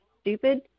stupid